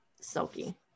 silky